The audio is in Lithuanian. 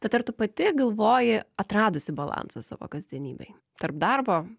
bet ar tu pati galvoji atradusi balansą savo kasdienybėj tarp darbo